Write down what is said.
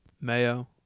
mayo